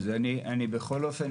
בכל אופן,